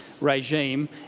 regime